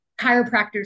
chiropractors